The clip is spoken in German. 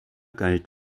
galt